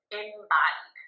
embodied